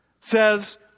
says